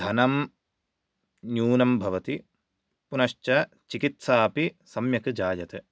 धनं न्यूनं भवति पुनश्च चिकित्सापि सम्यक् जायते